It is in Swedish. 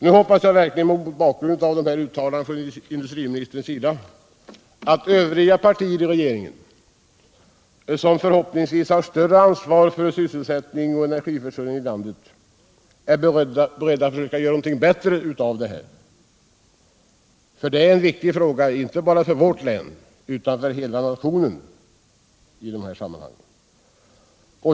Nu hoppas jag verkligen, mot bakgrund av industriministerns uttalande, att övriga partier i regeringen, som förhoppningsvis har större ansvar för sysselsättningen och energiförsörjningen i landet, är beredda att söka göra någonting bättre av detta. Frågan är nämligen viktig inte bara för vårt län utan för hela nationen. Herr talman!